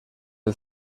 del